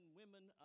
women